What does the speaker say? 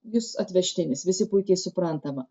jis atvežtinis visi puikiai suprantama